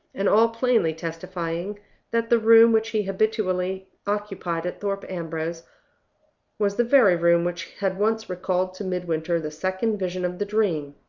and all plainly testifying that the room which he habitually occupied at thorpe ambrose was the very room which had once recalled to midwinter the second vision of the dream.